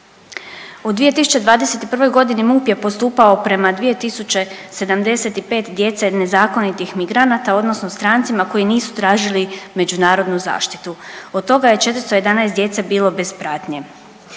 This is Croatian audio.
U 2021. godini MUP je postupao prema 2075. djece nezakonitih migranata, odnosno strancima koji nisu tražili međunarodnu zaštitu. Od toga je 411 djece bilo bez pratnje.